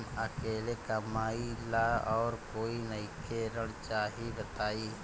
हम अकेले कमाई ला और कोई नइखे ऋण चाही बताई?